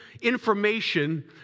information